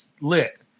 Lit